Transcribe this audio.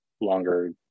longer